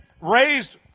raised